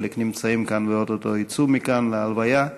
חלק נמצאים כאן ואו-טו-טו יצאו מכאן להלוויה,